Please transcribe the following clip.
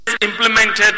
implemented